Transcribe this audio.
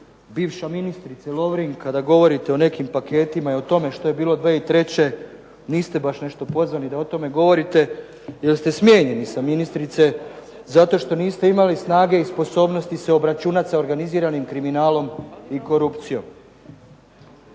bivša ministrice Lovrin da govorite o nekim paketima i o tome što je bilo 2003. niste baš nešto pozvani da o tome govorite, jer ste smijenjeni sa ministrice, zato što niste imali snage i sposobnosti se obračunati sa organiziranim kriminalom i korupcijom.